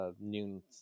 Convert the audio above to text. noon